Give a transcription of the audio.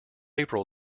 april